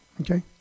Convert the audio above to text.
okay